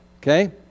Okay